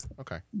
Okay